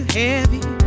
heavy